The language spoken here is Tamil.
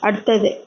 அடுத்தது